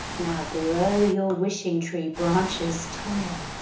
now grow your wishing tree branches tall.